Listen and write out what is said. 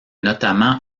notamment